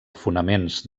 fonaments